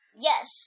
Yes